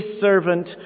servant